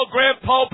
Grandpa